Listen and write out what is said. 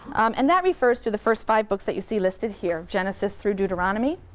and that refers to the first five books that you see listed here, genesis through deuteronomy.